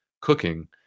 cooking